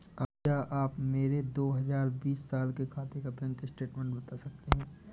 क्या आप मेरे दो हजार बीस साल के खाते का बैंक स्टेटमेंट बता सकते हैं?